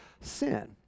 sin